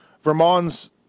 Vermont's